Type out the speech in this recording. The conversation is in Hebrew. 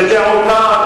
בדעותיו,